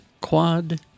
Quad